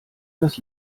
dass